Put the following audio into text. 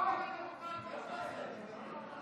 הייתה הצבעה.